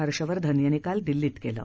हर्षवर्धन यांनी काल दिल्ली इथं केलं